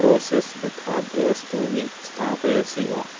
processed खाद्यवस्तूनि स्थापयसि वा